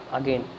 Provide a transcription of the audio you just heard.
again